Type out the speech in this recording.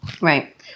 Right